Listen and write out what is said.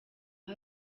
aba